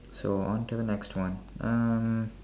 so on to the next one um